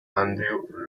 andrew